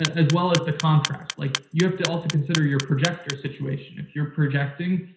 as well as the contrast. like you have to also consider your projector situation. if you're projecting,